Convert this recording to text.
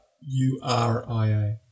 U-R-I-A